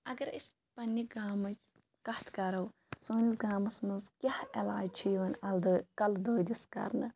اَگَر أسۍ پَننہِ گامٕچ کَتھ کَرَو سٲنِس گامَس مَنٛز کیاہ علاج چھُ یِوان اَلہٕ دٲ کَلہٕ دٲدِس کَرنہٕ